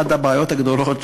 אחת הבעיות הגדולות,